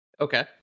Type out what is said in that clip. Okay